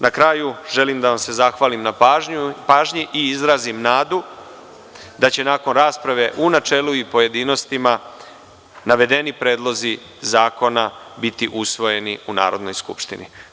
Na kraju, želim da vam se zahvalim na pažnji i izrazim nadu da će nakon rasprave u načelu i u pojedinostima navedeni predlozi zakona biti usvojeni u Narodnoj skupštini.